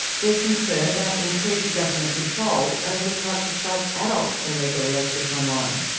there's concern about increased government control over the types of sites adults can legally access online,